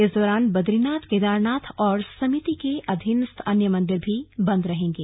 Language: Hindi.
इस दौरान बदरीनाथ केदारनाथ और समिति के अधीनस्थ अन्य मन्दिर भी बन्द रहेंगे